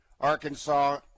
Arkansas